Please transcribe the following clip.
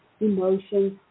emotions